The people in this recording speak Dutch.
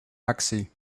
actie